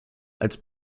als